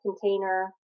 container